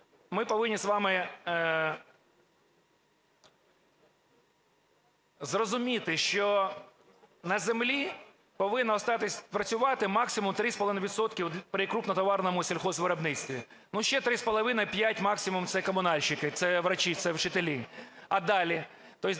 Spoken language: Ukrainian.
ми повинні з вами зрозуміти, що на землі повинно остатись працювати максимум 3,5 відсотка при крупнотоварному сільхозвиробництві. Ну, ще 3,5-5 – максимум, це комунальщики, це врачи, це вчителі. А далі?